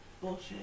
bullshit